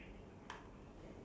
!wah! like that